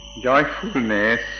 joyfulness